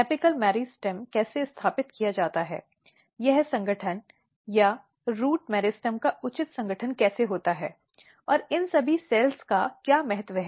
apical meristem कैसे स्थापित किया जाता है यह संगठन या रूट मेरिस्टेम का उचित संगठन कैसे होता है और इन सभी सेल्स का क्या महत्व है